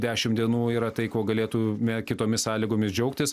dešim dienų yra tai kuo galėtume kitomis sąlygomis džiaugtis